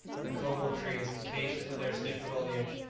and copal-trees, acacias with their stiff foliage,